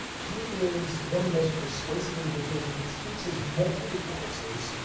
he is one of the most persuasive individuals and teaches multi-day courses.